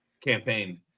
campaign